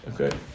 Okay